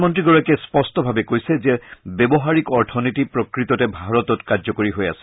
মন্ত্ৰীগৰাকীয়ে স্পষ্টভাৱে কৈছে যে ব্যৱহাৰিক অৰ্থনীতি প্ৰকৃততে ভাৰতত কাৰ্য্যকৰী হৈ আছে